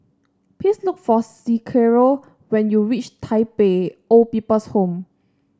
please look for Cicero when you reach Tai Pei Old People's Home